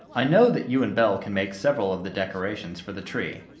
i know that you and belle can make several of the decorations for the tree.